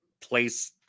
place